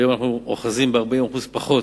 היום אנו אוחזים ב-40% פחות,